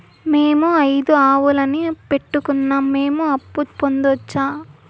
మేము ఐదు ఆవులని పెట్టుకున్నాం, మేము అప్పు పొందొచ్చా